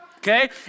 Okay